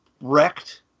wrecked